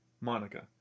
Monica